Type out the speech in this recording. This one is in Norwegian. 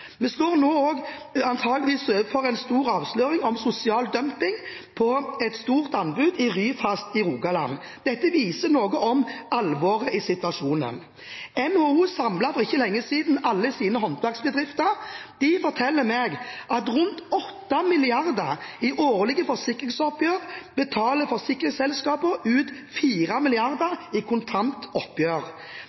Vi står nå antakeligvis overfor en stor avsløring av sosial dumping i forbindelse med et stort anbud på Ryfast i Rogaland. Dette viser noe om alvoret i situasjonen. NHO samlet for ikke lenge siden alle sine håndverksbedrifter. De forteller meg at av rundt 8 mrd. kr i årlige forsikringsoppgjør betaler forsikringsselskapene ut 4 mrd. kr i